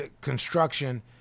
construction